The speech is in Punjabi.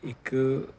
ਅਤੇ ਇੱਕ